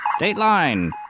Dateline